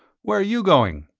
where are you going?